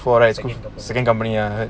school for right second company ah